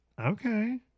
Okay